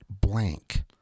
blank